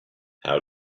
how